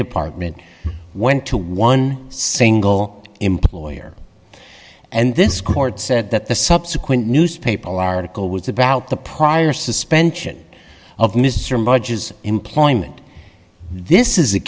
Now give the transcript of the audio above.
department went to one single employer and this court said that the subsequent newspaper article was about the prior suspension of mr mudge is employment this is